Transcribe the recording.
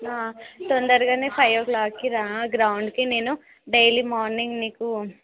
తొందరగా ఫైవ్ ఓ క్లాక్కి రా గ్రౌండ్కి నేను డైలీ మార్నింగ్ నీకు